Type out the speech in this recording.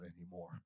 anymore